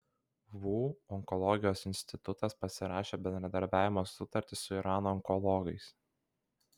vu onkologijos institutas pasirašė bendradarbiavimo sutartį su irano onkologais